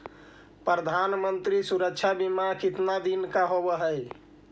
प्रधानमंत्री मंत्री सुरक्षा बिमा कितना दिन का होबय है?